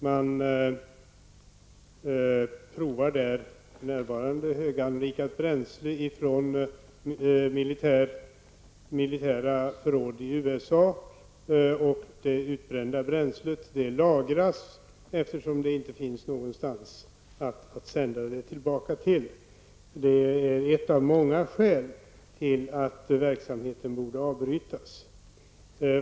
Man provar för närvarande höganrikat bränsle från militära förråd i USA, och det utbrända bränslet lagras, eftersom det inte finns någonstans att sända det tillbaka. Detta är ett av många skäl till att verksamheten borde avbrytas.